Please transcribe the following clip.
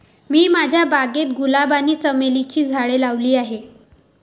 मी माझ्या बागेत गुलाब आणि चमेलीची झाडे लावली आहे